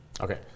Okay